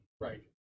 Right